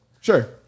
Sure